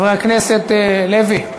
חבר הכנסת לוי,